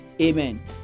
Amen